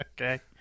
Okay